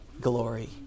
glory